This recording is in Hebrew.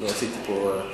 לא, תגיד.